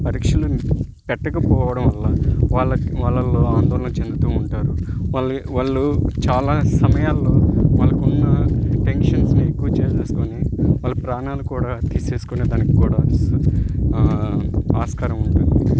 పరీక్షలు పెట్టకపోవడం వల్ల వాళ్ళకి వాళ్ళల్లో ఆందోళన చెందుతూ ఉంటారు వాళ్ళ వాళ్ళు చాలా సమయాల్లో వాళ్ళకు ఉన్న టెన్షన్స్ని ఎక్కువ చేసేసుకుని వాళ్ళ ప్రాణాలు కూడా తీసేసుకునే దానికి కూడా ఆస్కారం ఉంటుంది